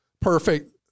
perfect